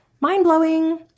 Mind-blowing